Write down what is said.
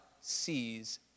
sees